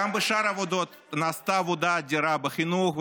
גם בשאר הוועדות נעשתה עבודה אדירה: בחינוך,